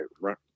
right